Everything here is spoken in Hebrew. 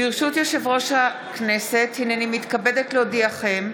ברשות יושב-ראש הכנסת, הינני מתכבדת להודיעכם,